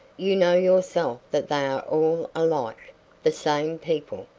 you know yourself that they are all alike the same people,